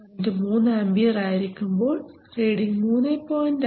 current 3 ampere ആയിരിക്കുമ്പോൾ reading 3